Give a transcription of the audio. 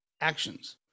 actions